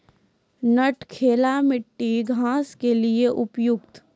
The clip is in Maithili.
नटखेरा मिट्टी घास के लिए उपयुक्त?